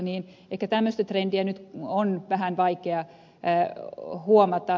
ehkä tämmöistä trendiä nyt on vähän vaikea huomata